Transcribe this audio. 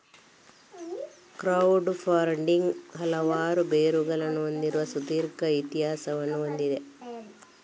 crowd funding ಹಲವಾರು ಬೇರುಗಳನ್ನು ಹೊಂದಿರುವ ಸುದೀರ್ಘ ಇತಿಹಾಸವನ್ನು ಹೊಂದಿದೆ